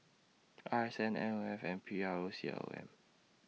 R S N M O F and P R O C O M